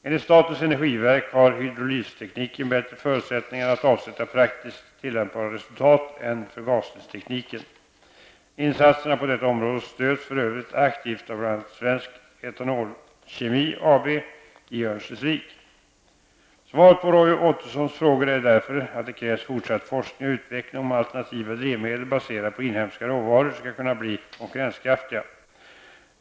Enligt statens energiverk har hydrolystekniken bättre förutsättningar att avsätta praktiskt tillämpbara resultat än förgasningstekniken. Insatserna på detta område stöds för övrigt aktivt av bl.a. Svensk Etanolkemi AB i Svaret på Roy Ottossons frågor är därför att det krävs fortsatt forskning och utveckling om alternativa drivmedel baserade på inhemska råvaror skall kunna bli konkurrenskraftiga.